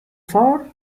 four